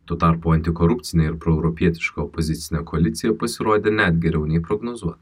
tuo tarpu antikorupcinė ir proeuropietiška opozicinė koalicija pasirodė net geriau nei prognozuota